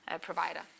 Provider